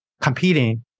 competing